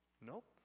Nope